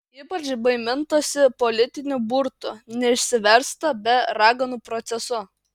ypač baimintasi politinių burtų neišsiversta be raganų procesų